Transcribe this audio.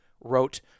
wrote